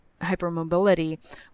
hypermobility